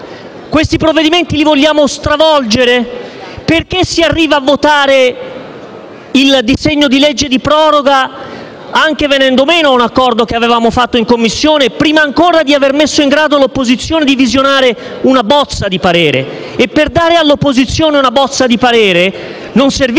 questi provvedimenti? Li vogliamo stravolgere? Perché si arriva a votare il disegno di legge di proroga, anche venendo meno a un accordo in Commissione, prima ancora di aver messo in grado l'opposizione di visionare una bozza di parere? Per dare all'opposizione una bozza di parere, non serviva